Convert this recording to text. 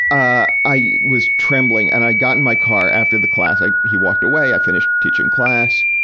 i i was trembling, and i got in my car after the class i, he walked away, i finished teaching class.